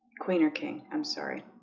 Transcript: queen or king? i'm sorry